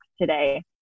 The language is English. today